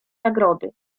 nagrody